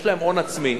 יש להם הון עצמי.